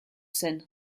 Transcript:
zen